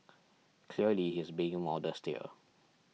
clearly he's being modest here